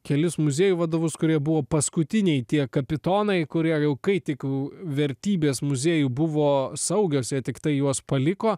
kelis muziejų vadovus kurie buvo paskutiniai tie kapitonai kurie jau kai tik vertybės muziejų buvo saugios jie tiktai juos paliko